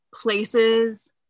places